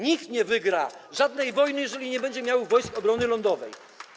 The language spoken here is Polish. Nikt nie wygra żadnej wojny, jeżeli nie będzie miał wojsk obrony lądowej.